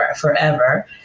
forever